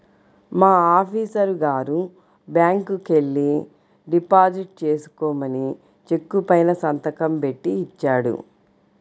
మా ఆఫీసరు గారు బ్యాంకుకెల్లి డిపాజిట్ చేసుకోమని చెక్కు పైన సంతకం బెట్టి ఇచ్చాడు